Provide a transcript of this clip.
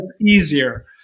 easier